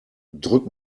drück